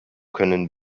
können